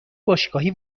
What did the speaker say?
باشگاهی